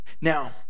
Now